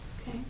Okay